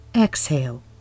exhale